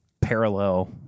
parallel